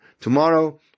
Tomorrow